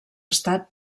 estat